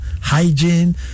hygiene